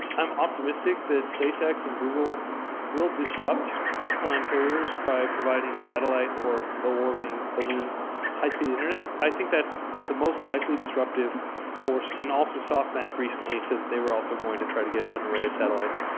i'm optimistic that spacex and google will disrupt fix line carriers by providing satellite or low orbiting balloon high speed internet. i think that's the most likely disruptive force. and also, softbank recently said that they were also going to try to get an array of satellites.